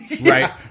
Right